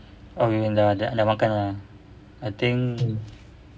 alhamdulilah dah makan dah I think